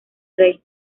rey